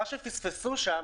מה שפספסו שם,